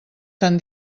tan